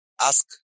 ask